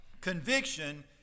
conviction